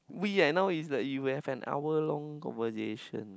we eh now is like you have an hour long conversation